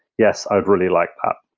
yes, i'd really like that.